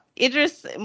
idris